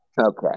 Okay